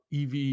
EV